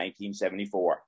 1974